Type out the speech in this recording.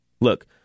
Look